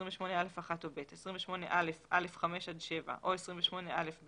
28(א1) או (ב), 28א(א)(5) עד (7), או 28א(ב)(3),